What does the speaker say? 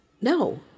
no